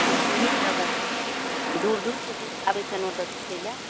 बहुत नीक जगह छै दूर दूरके लोक आबै छै ओतऽ देखैलए